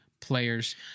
players